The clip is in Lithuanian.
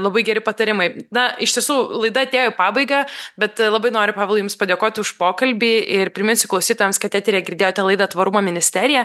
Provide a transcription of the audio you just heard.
labai geri patarimai na iš tiesų laida atėjo į pabaigą bet labai noriu pavelai jums padėkoti už pokalbį ir priminti klausytojams kad etery girdėjote laidą tvarumo ministerija